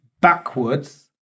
backwards